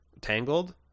Tangled